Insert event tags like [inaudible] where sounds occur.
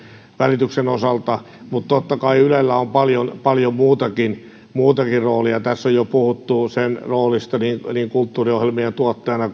osalta mutta totta kai ylellä on paljon paljon muutakin muutakin roolia tässä on jo puhuttu sen roolista niin kulttuuriohjelmien tuottajana [unintelligible]